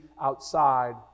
outside